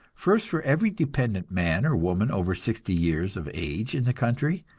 first for every dependent man or woman over sixty years of age in the country,